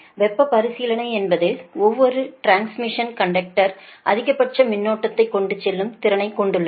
வெப்பப் பரிசீலனை என்பது ஒவ்வொரு டிரான்ஸ்மிஷன் கண்டக்டர்களுக்கும் அதிகபட்ச மின்னோட்டத்தைக் கொண்டு செல்லும் திறனைக் கொண்டுள்ளது